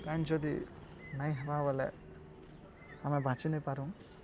ପାନ୍ ଯଦି ନାଇଁ ହେବା ବଲେ ଆମେ ବଞ୍ଚିନାଇଁପାରୁ